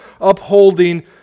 upholding